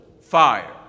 fire